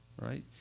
right